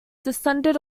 descended